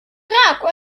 praegu